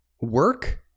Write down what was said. work